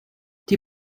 die